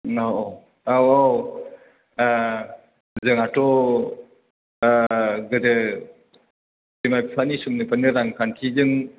औ औ औ जोंहाथ' दा गोदो बिमा बिफानि समनिफ्रायनो रांखान्थिजों